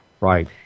Right